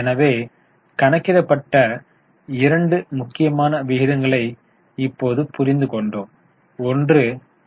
ஏற்கனவே கணக்கிடப்பட்ட இரண்டு முக்கியமான விகிதங்களை இப்போது புரிந்து கொண்டோம் ஒன்று இ